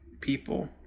people